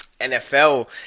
NFL